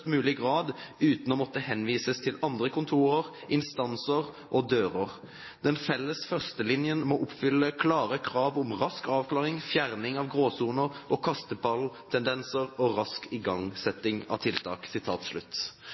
mulig grad uten å måtte henvises til andre kontorer, instanser og «dører». Den felles førstelinjen må oppfylle klare krav om rask avklaring, fjerning av gråsoner og kasteballtendenser og rask igangsetting av tiltak.»